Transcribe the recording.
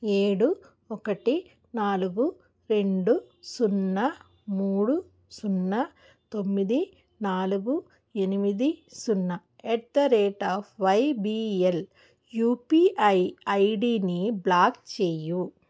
ఏడు ఒకటి నాలుగు రెండు సున్నా మూడు సున్నా తొమ్మిది నాలుగు ఎనిమిది సున్నా at the rate of YBL UPI ఐడిని బ్లాక్ చెయ్యు